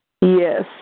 Yes